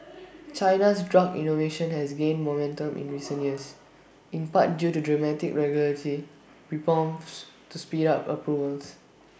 China's drug innovation has gained momentum in recent years in part due to dramatic regulatory reforms to speed up approvals